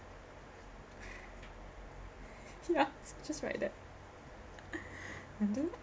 yeah just like that I do